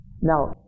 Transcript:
Now